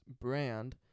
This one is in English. brand